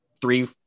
Three